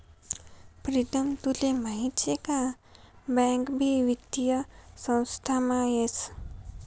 प्रीतम तुले माहीत शे का बँक भी वित्तीय संस्थामा येस